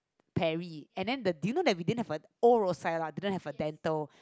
Perry and then the do you know that we didn't have a old Rosyth lah we didn't have a dental